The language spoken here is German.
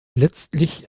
letztlich